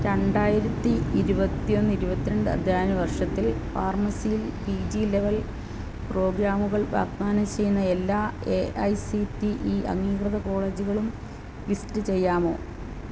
രണ്ടായിരത്തി ഇരുപത്തി ഒന്ന് ഇരുപത്തി രണ്ട് അധ്യയന വർഷത്തിൽ ഫാർമസിയിൽ പിജി ലെവൽ പ്രോഗ്രാമുകൾ വാഗ്ദാനം ചെയ്യുന്ന എല്ലാ A I C T E അംഗീകൃത കോളേജുകളും ലിസ്റ്റ് ചെയ്യാമോ